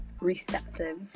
receptive